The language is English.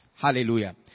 Hallelujah